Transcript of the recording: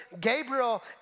Gabriel